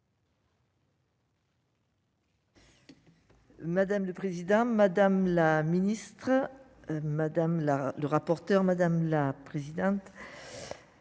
Madame le président, madame la ministre, madame la le rapporteur, madame la présidente.